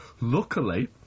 Luckily